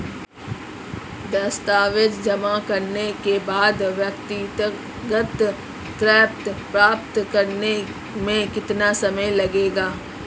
दस्तावेज़ जमा करने के बाद व्यक्तिगत ऋण प्राप्त करने में कितना समय लगेगा?